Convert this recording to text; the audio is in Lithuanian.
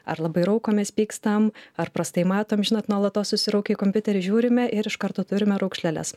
ar labai raukomės pykstam ar prastai matom žinot nuolatos susiraukę į kompiuterį žiūrime ir iš karto turime raukšleles